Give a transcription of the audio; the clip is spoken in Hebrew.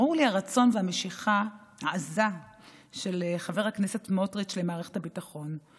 ברורים לי הרצון והמשיכה העזה של חבר הכנסת סמוטריץ' למערכת הביטחון,